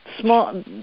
small